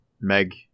Meg